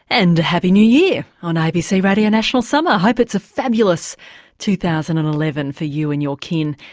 and a happy new year on abc radio national summer. hope it's a fabulous two thousand and eleven for you and your kin,